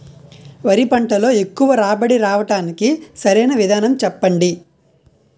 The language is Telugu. వరి పంటలో ఎక్కువ రాబడి రావటానికి సరైన విధానం చెప్పండి?